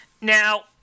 Now